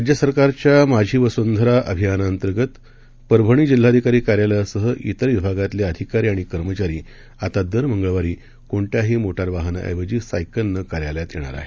राज्य सरकारच्या माझी वसुंधरा अभियानाअंतर्गत परभणी जिल्ह्याधिकारी कार्यालयासह विर विभागातले अधिकारी आणि कर्मचारी आता दर मंगळवारी कोणत्याही मोटार वाहनाऐवजी सायकलनं कार्यालयात येणार आहेत